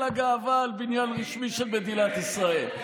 הגאווה על בניין רשמי של מדינת ישראל.